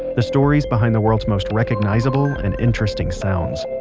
the stories behind the world's most recognizable and interesting sounds.